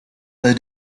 the